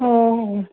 हो हो